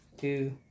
two